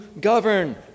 govern